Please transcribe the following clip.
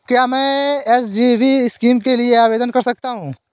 क्या मैं SGB scheme के लिए आवेदन कर सकता हूँ?